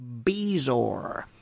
bezor